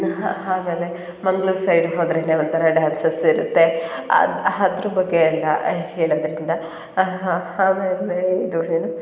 ಹ ಆಮೇಲೆ ಮಂಗ್ಳೂರು ಸೈಡ್ ಹೋದ್ರೇ ಒಂದು ಥರ ಡ್ಯಾನ್ಸಸ್ ಇರುತ್ತೆ ಆ ಅದ್ರ್ ಬಗ್ಗೆ ಎಲ್ಲ ಹೇಳೋದರಿಂದ ಆಮೇಲೆ ಇದು ಏನು